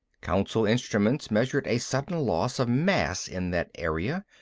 council instruments measured a sudden loss of mass in that area,